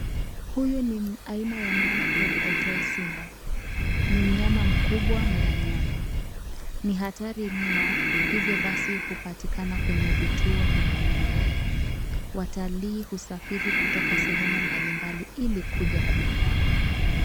Huyu ni aina ya mnyama pori aitwaye simba .Ni mnyama mkubwa mla nyama. Ni hatari mno hivyo basi hupatikana kwenye vityo vya wanyama. Watalii husafiri kutoka sehemu mbali mbali ili kuja kumuona.